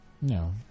No